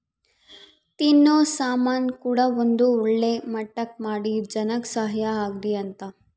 ತಿನ್ನೋ ಸಾಮನ್ ಕೂಡ ಒಂದ್ ಒಳ್ಳೆ ಮಟ್ಟಕ್ ಮಾಡಿ ಜನಕ್ ಸಹಾಯ ಆಗ್ಲಿ ಅಂತ